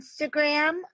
Instagram